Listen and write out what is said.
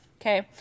Okay